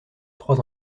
trois